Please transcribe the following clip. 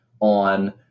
on